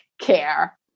care